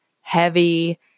heavy